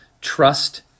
Trust